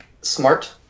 smart